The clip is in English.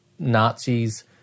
Nazis